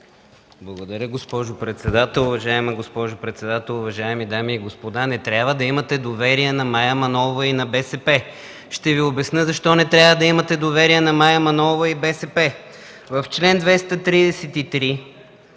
Уважаема госпожо председател, уважаеми дами и господа! Не трябва да имате доверие на Мая Манолова и на БСП. Ще Ви обясня защо не трябва да имате доверие на Мая Манолова и БСП. В чл. 233